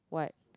what